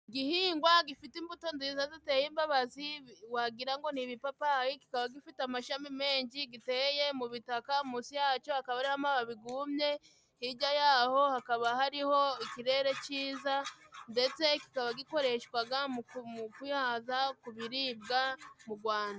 Igihingwa gifite imbuto nziza ziteye imbazi wagira ngo ni ibipapayi kikaba gifite amashami menshi. Giteye mu butaka, munsi yaco hakaba hariho amababi gumye, hirya yaho hakaba hariho ikirere ciza, ndetse kikaba gikoreshwaga mu kwihaza ku biribwa mu Rwanda.